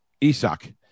Isak